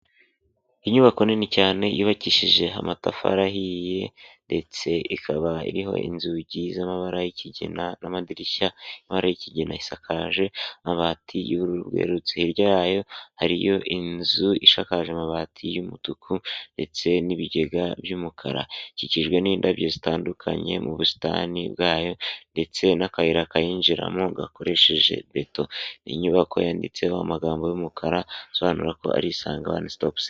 Inyubako nini cyane yubakishije amatafari ahiye ndetse ikaba iriho inzugi z'amabara y'ikigina n'amadirishya y'amabara y'ikigina isakaje amabati y'ubururu rwerurutse, hirya yayo hariyo inzu ishakaje amabati y'umutuku ndetse n'ibigega by'umukara, ikikijwe n'indabyo zitandukanye mu busitani bwayo ndetse n'akayira kayinjiramo gakoresheje beto, inyubako yanditseho amagambo y'umukara asobanura ko ari Isange Wani Stopu Senta.